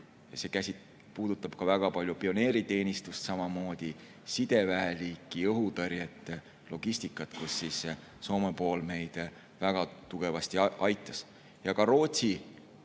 See puudutab väga palju pioneeriteenistust, samuti sideväeliiki, õhutõrjet ja logistikat, kus Soome pool meid väga tugevasti aitas. Ka Rootsi,